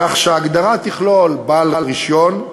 כך שההגדרה תכלול בעל רישיון,